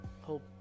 Hope